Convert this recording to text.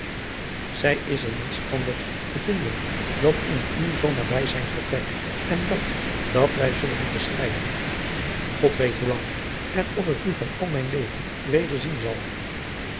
zij is in niets anders te vinden dan in uw zoo nabijzijnd vertrek en dat dat wij zullen moeten scheiden god weet hoe lang en of ik u van al mijn leven weder zien zal